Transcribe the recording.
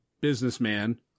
businessman